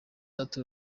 arthur